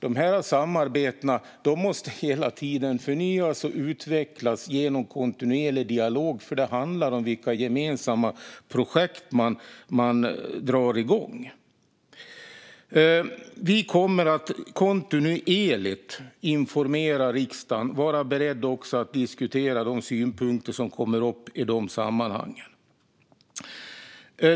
De här samarbetena måste hela tiden förnyas och utvecklas genom kontinuerlig dialog, för det handlar om vilka gemensamma projekt man drar igång. Vi kommer att kontinuerligt informera riksdagen och vara beredda att diskutera de synpunkter som kommer upp i de sammanhangen.